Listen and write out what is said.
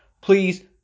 please